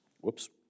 Whoops